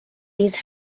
these